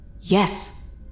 Yes